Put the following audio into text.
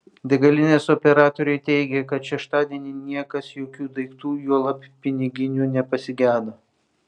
degalinės operatoriai teigė kad šeštadienį niekas jokių daiktų juolab piniginių nepasigedo